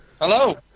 Hello